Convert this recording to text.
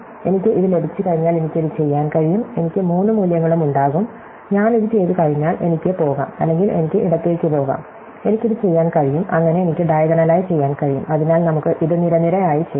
എനിക്ക് ഇത് ലഭിച്ചുകഴിഞ്ഞാൽ എനിക്ക് ഇത് ചെയ്യാൻ കഴിയും എനിക്ക് മൂന്ന് മൂല്യങ്ങളും ഉണ്ടാകും ഞാൻ ഇത് ചെയ്തുകഴിഞ്ഞാൽ എനിക്ക് പോകാം അല്ലെങ്കിൽ എനിക്ക് ഇടത്തേക്ക് പോകാം എനിക്ക് ഇത് ചെയ്യാൻ കഴിയും അങ്ങനെ എനിക്ക് ഡയഗണലായി ചെയ്യാൻ കഴിയും അതിനാൽ നമുക്ക് ഇത് നിര നിര ആയി ചെയ്യാം